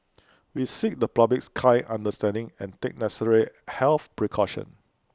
we seek the public's kind understanding and take necessary health precautions